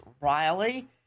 Riley